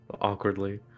awkwardly